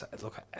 Look